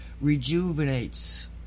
rejuvenates